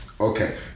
Okay